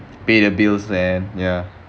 pay the bills then ya